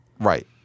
Right